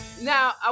Now